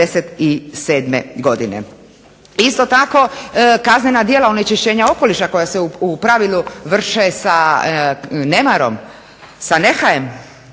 godine. Isto tako, kaznena djela onečišćenja okoliša koja se u pravilu vrše sa nemarom, sa nehajem,